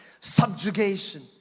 subjugation